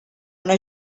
una